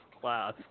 class